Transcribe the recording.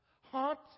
hot